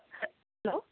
hello